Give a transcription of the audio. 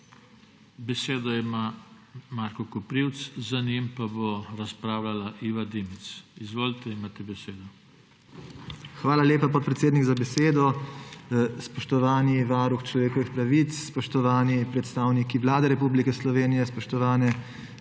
Besedo ima Marko Koprivc, za njim pa bo razpravljala Iva Dimic. Izvolite, imate besedo. MAG. MARKO KOPRIVC (PS SD): Hvala lepa, podpredsednik, za besedo. Spoštovani varuh človekovih pravic, spoštovani predstavniki Vlade Republike Slovenije, spoštovane